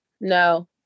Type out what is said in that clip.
No